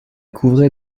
couvrait